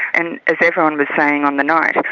and as everyone was saying on the night,